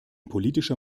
politischer